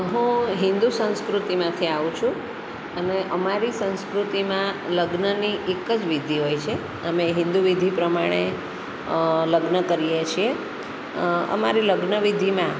હું હિન્દુ સંસ્કૃતિમાંથી આવું છું અને અમારી સંસ્કૃતિમાં લગ્નની એક જ વિધિ હોય છે અમે હિન્દુ વિધિ પ્રમાણે લગ્ન કરીએ છીએ અમારી લગ્ન વિધિમાં